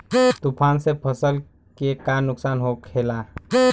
तूफान से फसल के का नुकसान हो खेला?